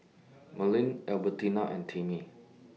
Merlene Albertina and Timmy